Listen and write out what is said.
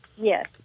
yes